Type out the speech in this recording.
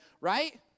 right